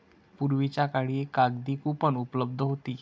पूर्वीच्या काळी कागदी कूपन उपलब्ध होती